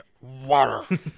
Water